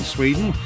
Sweden